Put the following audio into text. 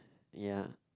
ya